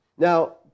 Now